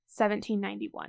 1791